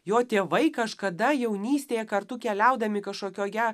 jo tėvai kažkada jaunystėje kartu keliaudami kažkokioje